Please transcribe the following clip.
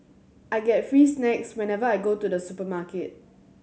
I get free snacks whenever I go to the supermarket